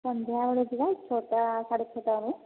ସନ୍ଧ୍ୟାବେଳେ ଯିବା ଛଅଟା ସାଢ଼େ ଛଅଟା ବେଳେ